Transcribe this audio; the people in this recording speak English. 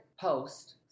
post